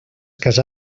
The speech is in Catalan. casà